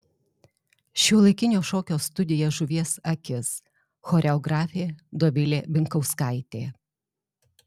šiuolaikinio šokio studija žuvies akis choreografė dovilė binkauskaitė